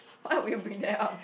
what will bring them up